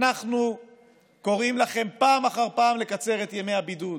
אנחנו קוראים לכם פעם אחר פעם לקצר את ימי הבידוד.